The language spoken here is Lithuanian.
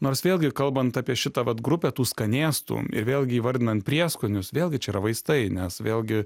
nors vėlgi kalbant apie šitą vat grupę tų skanėstų ir vėlgi įvardinant prieskonius vėlgi čia yra vaistai nes vėlgi